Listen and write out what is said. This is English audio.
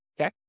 Okay